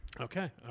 Okay